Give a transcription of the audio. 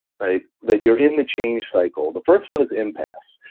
that you're in the change cycle. the first one is impasse.